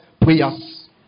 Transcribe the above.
Prayers